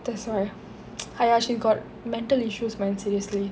that's why !aiya! she got mental issues man seriously